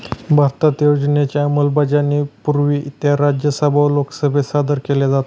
भारतात योजनांच्या अंमलबजावणीपूर्वी त्या राज्यसभा व लोकसभेत सादर केल्या जातात